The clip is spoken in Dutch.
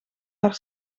haar